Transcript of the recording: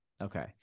okay